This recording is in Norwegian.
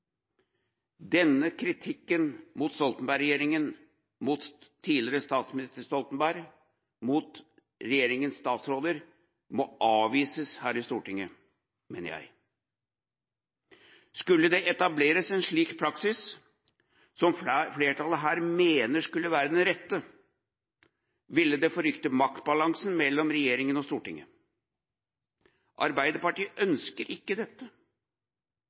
Denne kritikken mot Stoltenberg-regjeringa – mot tidligere statsminister Stoltenberg og mot regjeringas statsråder – må avvises her i Stortinget, mener jeg. Skulle det etableres en slik praksis, som flertallet her mener skulle være den rette, ville det forrykke maktbalansen mellom regjeringa og Stortinget. Arbeiderpartiet ønsker ikke dette.